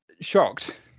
shocked